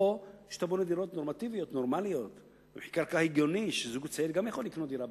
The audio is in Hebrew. שונה החוק כך שיופרטו ויימכרו רק קרקעות מתוכננות.